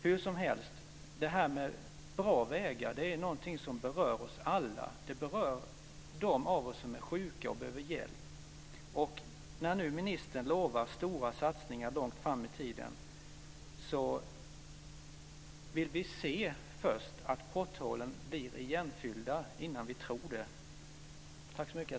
Hur som helst är bra vägar något som berör oss alla. Det berör dem av oss som är sjuka och behöver hjälp. När nu ministern lovar stora satsningar långt fram i tiden vill vi först se att potthålen blir igenfyllda innan vi tror det.